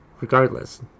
Regardless